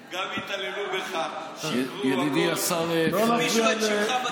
פריג' הכפישו את שמך.